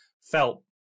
felt